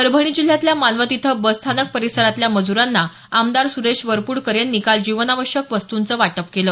परभणी जिल्ह्यातल्या मानवत इथं बसस्थानक परिसरातल्या मजूरांना आमदार सुरेश वरपूडकर यांनी काल जीवनावश्यक वस्तुंचं वाटप केलं